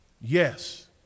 Yes